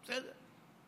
בסדר.